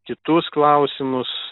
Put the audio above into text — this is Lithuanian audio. kitus klausimus